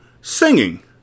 singing